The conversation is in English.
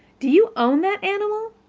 do you own that animal?